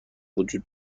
وجود